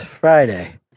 Friday